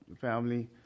family